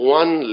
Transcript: one